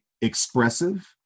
expressive